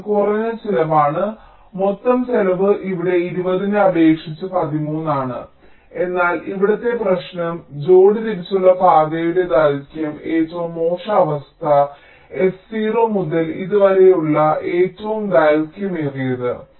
ഇത് കുറഞ്ഞ ചിലവാണ് മൊത്തം ചെലവ് ഇവിടെ 20 നെ അപേക്ഷിച്ച് 13 ആണ് എന്നാൽ ഇവിടുത്തെ പ്രശ്നം ജോഡി തിരിച്ചുള്ള പാതയുടെ ദൈർഘ്യം ഏറ്റവും മോശം അവസ്ഥ S0 മുതൽ ഇതുവരെയുള്ള ഏറ്റവും ദൈർഘ്യമേറിയതാണ്